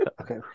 okay